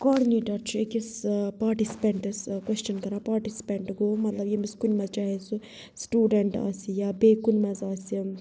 coordinator چھُ أکِس participants question کَران پاٹِسِپٮ۪نٛٹ گوٚو مطلب ییٚمِس کُنہِ منٛز چاہے سُہ سِٹوٗڈنٛٹ آسہِ یا بیٚیہِ کُنہِ منٛز آسہِ